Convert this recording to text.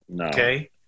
Okay